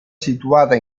situata